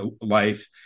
life